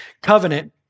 Covenant